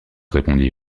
répondit